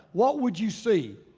what would you see?